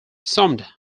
summed